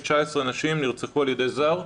19 נשים נרצחו על ידי זר,